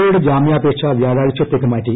A യുടെ ജാമ്യാപേക്ഷ വ്യാഴാഴ്ചത്തേക്ക് മാറ്റി